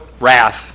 wrath